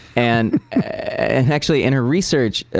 and actually in a research,